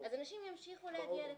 אנשים ימשיכו להגיע לפה.